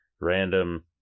random